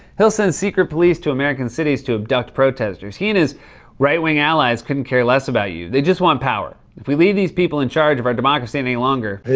he'll send secret police to american cities to abduct protesters. he and his right-wing allies couldn't care less about you. they just want power. if we leave these people in charge of our democracy any longer.